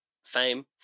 fame